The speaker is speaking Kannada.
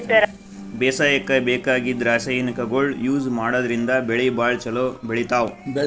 ಬೇಸಾಯಕ್ಕ ಬೇಕಾಗಿದ್ದ್ ರಾಸಾಯನಿಕ್ಗೊಳ್ ಯೂಸ್ ಮಾಡದ್ರಿನ್ದ್ ಬೆಳಿ ಭಾಳ್ ಛಲೋ ಬೆಳಿತಾವ್